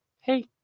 Hey